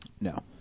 No